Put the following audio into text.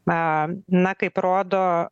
na na kaip rodo